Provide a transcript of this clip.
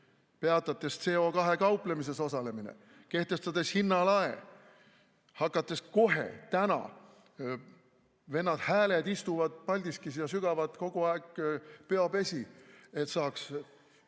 peatades CO2‑ga kauplemises osalemise, kehtestades hinnalae, hakates kohe, täna ... Vennad Hääled istuvad Paldiskis ja sügavad kogu aeg peopesi, et saaks